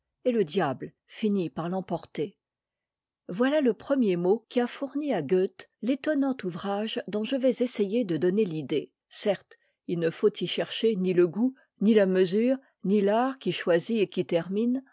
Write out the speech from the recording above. et le diable finit par l'emporter voilà le premier mot qui a fourni à goethe l'étonnant ouvrage dont je vais essayer de donner l'idée certes il ne faut y chercher ni le goût ni la mesure ni l'art qui choisit et qui termine